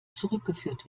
zurückgeführt